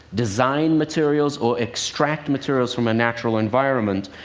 design materials, or extract materials from a natural environment,